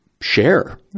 share